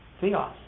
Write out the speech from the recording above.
Theos